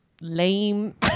Lame